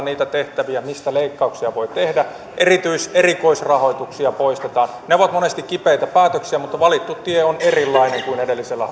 niitä tehtäviä mistä leikkauksia voi tehdä erikoisrahoituksia poistetaan ne ovat monesti kipeitä päätöksiä mutta valittu tie on erilainen kuin edellisellä